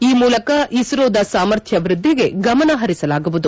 ಈ ಮೂಲಕ ಇಸ್ತೋದ ಸಾಮರ್ಥ್ಯ ವ್ಯದ್ಧಿಗೆ ಗಮನಪರಿಸಲಾಗುವುದು